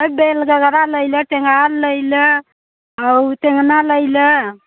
bell गगरा लेयला टेहार लेयला और टेहना लेयला